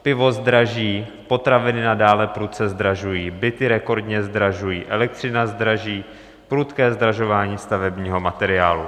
... pivo zdraží, potraviny nadále prudce zdražují, byty rekordně zdražují, elektřina zdraží, prudké zdražování stavebního materiálu.